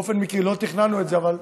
באופן מקרי, לא תכננו את זה, אבל